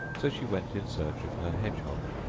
so she went in search of her hedgehog.